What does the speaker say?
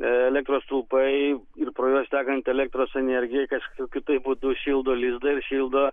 elektros stulpai ir pro juos tekanti elektros energija kažkokiu tai būdu šildo lizdą ir šildo